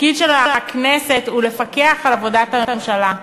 התפקיד של הכנסת הוא לפקח על עבודת הממשלה.